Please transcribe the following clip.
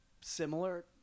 similar